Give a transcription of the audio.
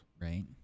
right